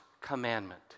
commandment